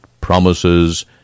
promises